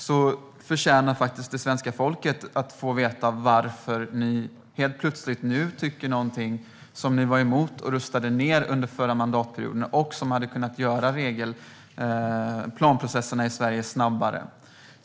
Svenska folket förtjänar faktiskt att få veta varför ni nu helt plötsligt står för någonting som ni var emot och röstade ned under förra mandatperioden men som hade kunnat göra planprocesserna i Sverige snabbare.